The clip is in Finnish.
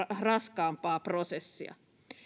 raskaampaa prosessia